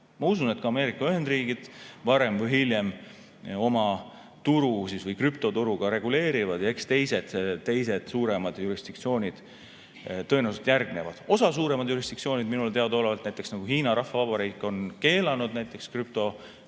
Ma usun, et ka Ameerika Ühendriigid varem või hiljem oma krüptoturu ka reguleerivad ja eks teised suuremad jurisdiktsioonid tõenäoliselt järgnevad. Osa suuremaid jurisdiktsioone minule teadaolevalt, näiteks Hiina Rahvavabariik, on keelanud krüptopakkumised.